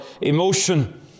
emotion